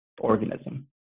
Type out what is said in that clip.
organism